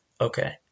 Okay